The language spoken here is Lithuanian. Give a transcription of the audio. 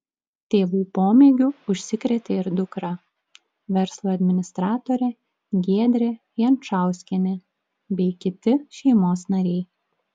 tėvų pomėgiu užsikrėtė ir dukra verslo administratorė giedrė jančauskienė bei kiti šeimos nariai